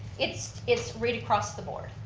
it's it's read across the board.